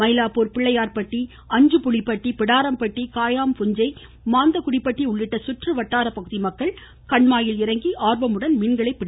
மயிலாப்பூர் பிள்ளையார்பட்டி அஞ்சுபுளிப்பட்டி பிடாரம்பட்டி காயாம்புஞ்சை மாந்தகுடிபட்டி உள்ளிட்ட சுற்றுவட்டார பகுதி மக்கள் கண்மாயில் இறங்கி ஆர்வமுடன் மீன்களை பிடித்தனர்